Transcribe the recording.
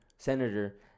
Senator